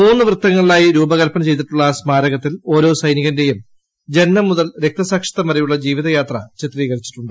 മൂന്നു വൃത്തങ്ങളിലായി രൂപകല്പന ചെയ്തിട്ടുള്ള സ്മാരകത്തിൽ ഓരോ സൈനികന്റെയും ജനനം മുതൽ രക്തസാക്ഷിത്വം വരെയുള്ള ജീവിതയാത്ര ചിത്രീകരിച്ചിട്ടുണ്ട്